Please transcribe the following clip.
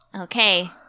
Okay